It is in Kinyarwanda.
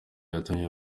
yatumye